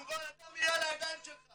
הדם יהיה על הידיים שלך.